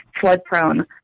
flood-prone